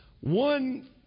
One